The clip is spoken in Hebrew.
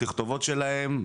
בתכתובות שלהם,